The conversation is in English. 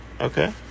Okay